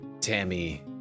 Tammy